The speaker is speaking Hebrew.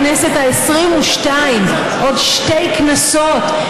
שהם יטפלו בתופעה הזאת עד שיבוא סוף למגפת